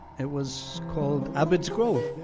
it was called abed's grove.